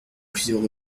plusieurs